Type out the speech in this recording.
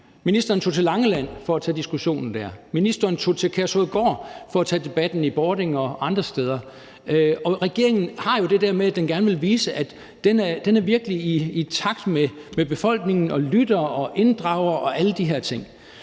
Ministeren tog til Langeland for at tage diskussionen dér, ministeren tog til Kærshovedgård for at tage debatten i Bording og andre steder, og regeringen har jo det der med, at den gerne vil vise, at den virkelig er i takt med befolkningen og lytter og inddrager og alle de her ting.